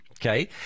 Okay